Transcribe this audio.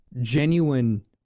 genuine